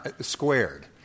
squared